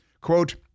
Quote